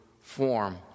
form